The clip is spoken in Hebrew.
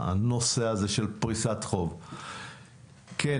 תודה